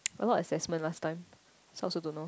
a lot of assessment last time so I also don't know